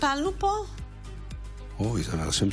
למזכיר